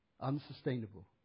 unsustainable